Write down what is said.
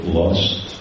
lost